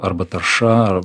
arba tarša